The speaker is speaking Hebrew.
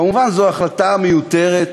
כמובן, זו החלטה מיותרת,